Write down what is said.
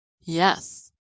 yes